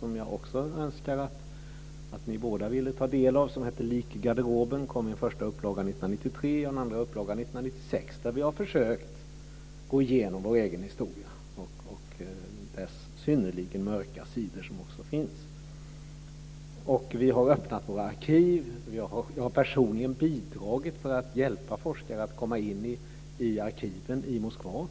som jag också önskar att ni båda ville ta del av. Den heter Lik i garderoben och kom i en första upplaga 1993 och en andra 1996. Där har vi försökt gå igenom vår egen historia och dess synnerligen mörka sidor som också finns. Vi har öppnat våra arkiv. Jag har personligen bidragit till att hjälpa forskare att komma in i arkiven i Moskva.